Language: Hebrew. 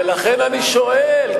ולכן אני שואל,